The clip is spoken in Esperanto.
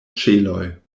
ĉeloj